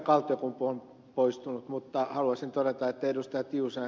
kaltiokumpu on poistunut mutta haluaisin todeta että ed